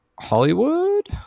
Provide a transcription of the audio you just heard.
Hollywood